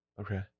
Okay